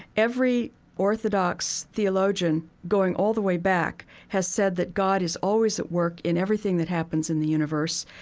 every orthodox theologian, going all the way back, has said that god is always at work in everything that happens in the universe,